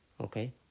Okay